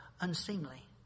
unseemly